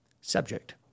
subject